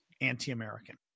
anti-American